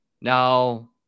now